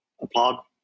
Applaud